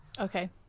Okay